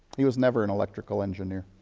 he was never an electrical engineer.